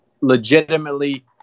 legitimately